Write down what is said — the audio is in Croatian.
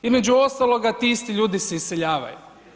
Između ostaloga ti isti ljudi se iseljavaju.